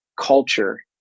culture